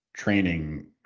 training